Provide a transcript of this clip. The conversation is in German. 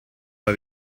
mal